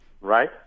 right